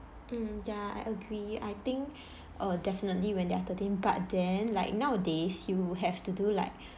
mm ya I agree I think uh definitely when they are thirteen but then like nowadays you have to do like